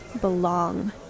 belong